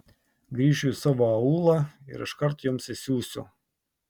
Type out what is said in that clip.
grįšiu į savo aūlą ir iškart jums išsiųsiu